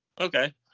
Okay